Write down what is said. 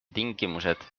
tingimused